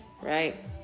Right